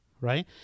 right